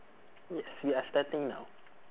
yes we are starting now